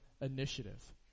initiative